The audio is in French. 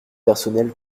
personnel